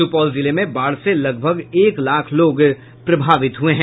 सुपौल जिले में बाढ़ से लगभग एक लाख लोग प्रभावित हुये हैं